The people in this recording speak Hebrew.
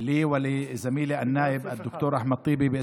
שלי ושל עמיתי הסגן ד"ר אחמד טיבי,